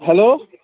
hello